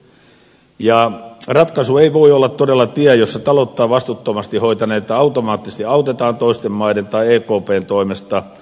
ratkaisu ei todella voi olla tie jossa talouttaan vastuuttomasti hoitaneita automaattisesti autetaan toisten maiden tai ekpn toimesta